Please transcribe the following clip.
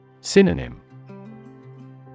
Synonym